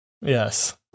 yes